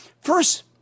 First